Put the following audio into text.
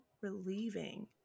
relieving